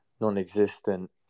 non-existent